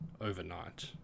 overnight